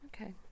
Okay